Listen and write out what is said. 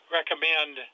recommend